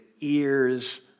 ears